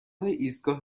ایستگاه